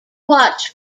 watch